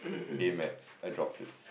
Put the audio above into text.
A-maths I dropped it